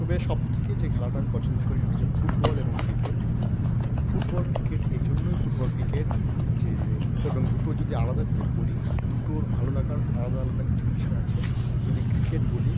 তবে সব থেকে যে খেলাটা আমি পছন্দ করি সেটা হচ্ছে ফুটবল এবং ক্রিকেট ফুটবল ক্রিকেট এজন্যই ফুটবল ক্রিকেট যে এবং দুটো যদি আলাদা করে বলি দুটোর ভালো লাগার আলাদা আলাদা কিছু বিষয় আছে যদি ক্রিকেট বলি